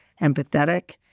empathetic